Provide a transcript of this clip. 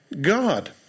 God